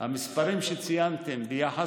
כולי אוזן.